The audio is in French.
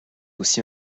aussi